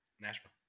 Nashville